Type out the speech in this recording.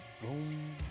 boom